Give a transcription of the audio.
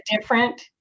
different